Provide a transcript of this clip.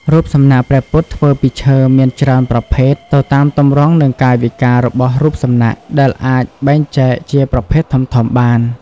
រូបសំណាកព្រះពុទ្ធធ្វើពីឈើមានច្រើនប្រភេទទៅតាមទម្រង់និងកាយវិការរបស់រូបសំណាក ដែលអាចបែងចែកជាប្រភេទធំៗបាន។